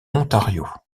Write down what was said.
ontario